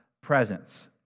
presence